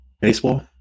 Baseball